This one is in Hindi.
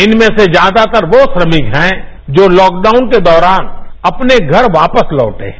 इनमें से ज्याबदातर वो श्रमिक हैं जो लॉकडाउन के दौरान अपने घर वापस लौटे हैं